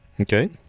Okay